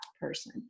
person